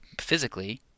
Physically